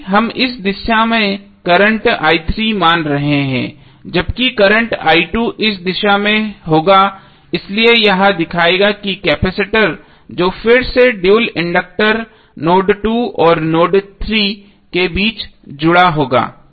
क्योंकि हम इस दिशा में करंट i3 मान रहे हैं जबकि करंट i2 इस दिशा में होगा इसलिए यह दिखाएगा कि कैपेसिटर जो कि फिर से ड्यूल इंडक्टर नोड 2 और नोड 3 के बीच जुड़ा होगा